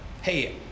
hey